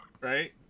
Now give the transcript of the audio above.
Right